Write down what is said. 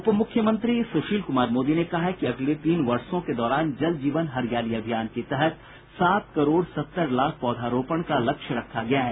उप मुख्यमंत्री सुशील कुमार मोदी ने कहा है कि अगले तीन वर्षो के दौरान जल जीवन हरियाली अभियान के तहत सात करोड़ सत्तर लाख पौधारोपण का लक्ष्य रखा गया है